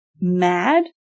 mad